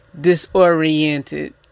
disoriented